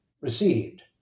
received